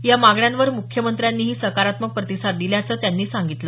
या मागण्यांवर मुख्यमंत्र्यांनीही सकारात्मक प्रतिसाद दिल्याचं त्यांनी सांगितलं